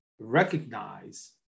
recognize